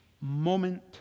moment